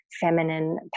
feminine